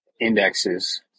indexes